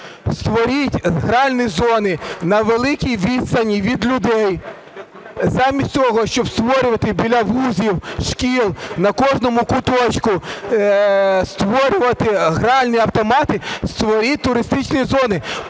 Створіть гральні зони на великій відстані від людей. Замість того, щоб створювати біля вузів, шкіл, на кожному куточку створювати гральні автомати – створіть туристичні зони.